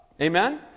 Amen